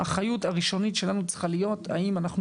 האחריות הראשונית שלנו צריכה להיות אם אנחנו